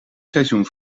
seizoen